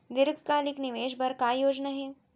दीर्घकालिक निवेश बर का योजना हे?